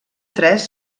tres